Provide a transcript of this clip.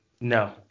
no